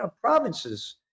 provinces